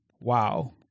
wow